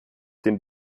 den